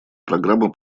программа